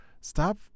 stop